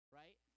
right